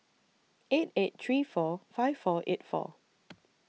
eight eight three four five four eight four